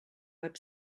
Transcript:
web